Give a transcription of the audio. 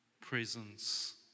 presence